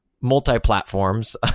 Multi-platforms